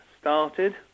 started